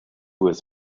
was